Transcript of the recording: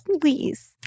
Please